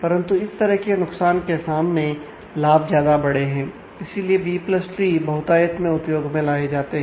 परंतु इस तरह के नुकसान के सामने लाभ ज्यादा बड़े हैं इसीलिए बी प्लस ट्री बहुतायत मैं उपयोग में लाए जाते हैं